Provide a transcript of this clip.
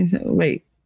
Wait